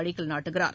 அடிக்கல் நாட்டுகிறார்